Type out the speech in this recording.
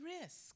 risk